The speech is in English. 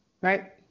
Right